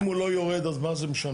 אם הוא לא יורד, אז מה זה משנה?